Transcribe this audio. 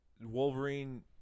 Wolverine